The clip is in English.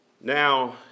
Now